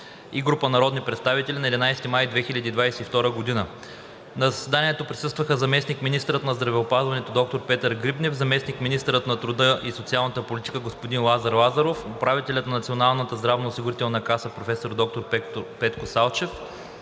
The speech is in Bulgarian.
и група народни представители на 11 май 2022 г. На заседанието присъстваха заместник-министърът на здравеопазването доктор Петър Грибнев, заместник-министърът на труда и социалната политика господин Лазар Лазаров, управителят на Националната здравноосигурителна каса професор доктор Петко Салчев,